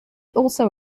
also